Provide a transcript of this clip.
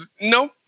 No